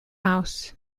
house